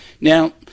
Now